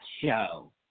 show